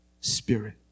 spirit